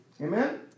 Amen